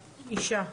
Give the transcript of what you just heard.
אישה,